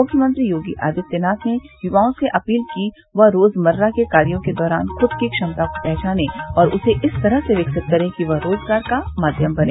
मुख्यमंत्री योगी आदित्यनाथ ने युवाओं से अपील की वह रोजमर्रा के कार्यो के दौरान ख्द की क्षमता को पहचानें और उसे इस तरह से विकसित करें कि वह रोजगार का माध्यम बने